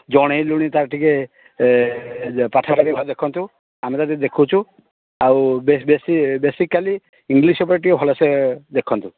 ଜଣେଇଲୁଣି ତାର ଟିକେ ପାଠଟା ଟିକେ ଭଲ ଦେଖନ୍ତୁ ଆମେ ତ ଏଠି ଦେଖୁଛୁ ଆଉ ବେଶୀ ବେଶୀ ବେସିକାଲି ଇଂଲିଶ ଉପରେ ଟିକେ ଭଲସେ ଦେଖନ୍ତୁ